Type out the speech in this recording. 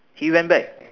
she went back